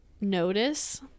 notice